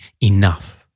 enough